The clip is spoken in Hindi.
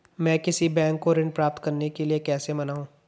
मैं किसी बैंक को ऋण प्राप्त करने के लिए कैसे मनाऊं?